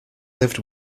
lived